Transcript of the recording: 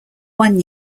one